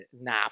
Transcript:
Nah